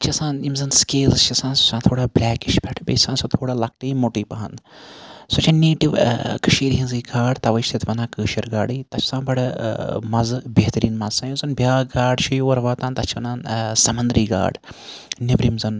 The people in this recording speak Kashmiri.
چھِ آسان یِم زَن سکیلٕز چھِ آسان سُہ چھُ آسان تھوڑا بلیکِش پیٹھٕ بیٚیہِ چھِ سۄ آسان تھوڑا لَکٹی موٚٹی پَہَن سۄ چھےٚ نیٹِو کٔشیٖر ہٕنٛزٕے گاڈ تَوَے چھِ تَتھ وَنان کٲشٕر گاڈٕے تَتھ چھُ آسان بَڑٕ مَزٕ بہتریٖن مَزٕ چھُ آسان یۄس زَن بیاکھ گاڈ چھِ یور واتان تَتھ چھِ وَنان سَمندری گاڈ نیٚبرِم زَن